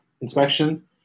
inspection